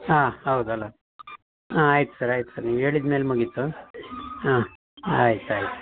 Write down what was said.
ಹಾಂ ಹೌದಲ್ಲ ಹಾಂ ಆಯ್ತು ಸರ್ ಆಯ್ತು ಸರ್ ನೀವು ಹೇಳಿದ್ ಮೇಲೆ ಮುಗಿತು ಹಾಂ ಆಯ್ತು ಆಯ್ತು